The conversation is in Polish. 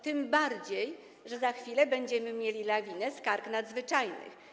Tym bardziej że za chwilę będziemy mieli lawinę skarg nadzwyczajnych.